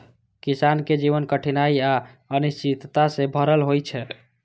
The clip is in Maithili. किसानक जीवन कठिनाइ आ अनिश्चितता सं भरल होइ छै